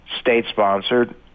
state-sponsored